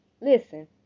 listen